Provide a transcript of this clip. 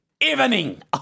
evening